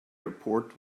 report